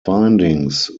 findings